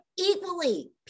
equally